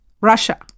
Russia